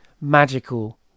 magical